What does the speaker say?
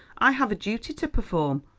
i have a duty to perform,